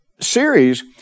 series